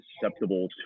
susceptible